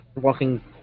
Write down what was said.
walking